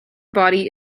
body